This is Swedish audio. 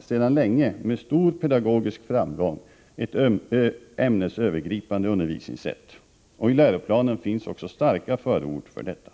sedan länge med stor pedagogisk framgång ett ämnesövergripande undervisningssätt. I läroplanen finns också starka förord för detta.